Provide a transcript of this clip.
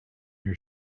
your